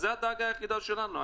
זאת הדאגה שלנו.